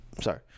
Sorry